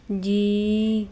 G